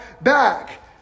back